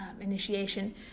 initiation